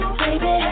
baby